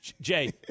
Jay